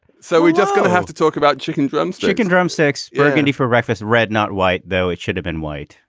so we're just going to have to talk about chicken drum's chicken drumsticks burgundy for breakfast red not white though it should have been white.